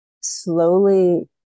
slowly